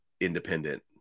independent